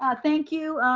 ah thank you,